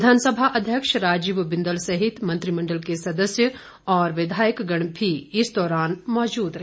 विधानसभा अध्यक्ष राजीव बिंदल सहित मंत्रिमण्डल के सदस्य और विधायकगण भी इस दौरान मौजूद रहे